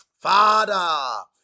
Father